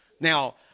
now